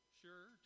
sure